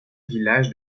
village